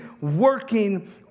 working